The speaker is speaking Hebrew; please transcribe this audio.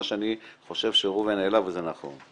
מה שאני חושב שראובן העלה וזה נכון,